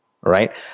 right